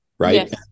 Right